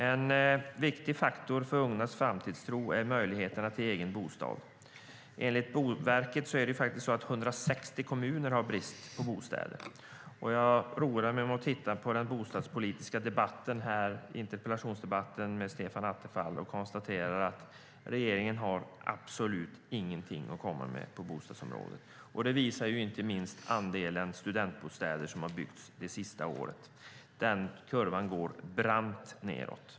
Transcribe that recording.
En viktig faktor för ungas framtidstro är möjligheten till egen bostad. Enligt Boverket har 160 kommuner brist på bostäder. Jag roade mig med att lyssna på den bostadspolitiska interpellationsdebatten med Stefan Attefall och konstaterar att regeringen har absolut ingenting att komma med på bostadsområdet. Det visar inte minst andelen studentbostäder som byggts det senaste året. Den kurvan går brant nedåt.